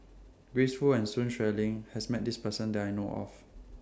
Grace Fu and Sun Xueling has Met This Person that I know of